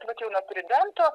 vat jau nuo tridento